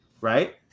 right